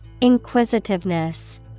Inquisitiveness